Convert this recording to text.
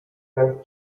wealth